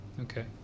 Okay